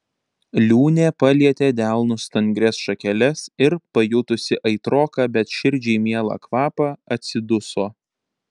liūnė palietė delnu stangrias šakeles ir pajutusi aitroką bet širdžiai mielą kvapą atsiduso